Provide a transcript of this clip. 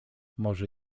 może